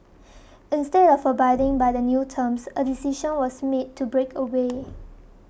instead of abiding by the new terms a decision was made to break away